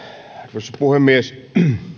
arvoisa puhemies